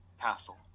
Castle